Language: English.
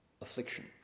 affliction